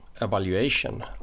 evaluation